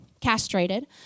castrated